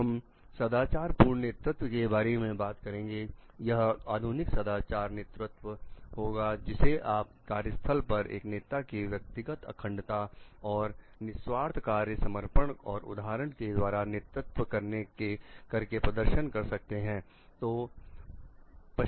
हम सदाचार पूर्ण नेतृत्व के बारे में बात करेंगे यह आधुनिक सदाचार नेतृत्व होगा जिसे आप कार्यस्थल पर एक नेता की व्यक्तिगत अखंडता और निस्वार्थ कार्य समर्पण और उदाहरण के द्वारा नेतृत्व करके प्रदर्शित कर सकते हैं